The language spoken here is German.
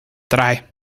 drei